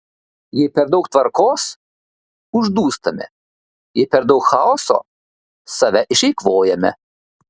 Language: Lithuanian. jei per daug tvarkos uždūstame jei per daug chaoso save išeikvojame